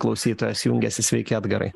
klausytojas jungiasi sveiki edgarai